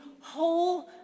whole